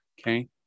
Okay